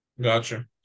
Gotcha